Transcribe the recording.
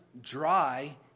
dry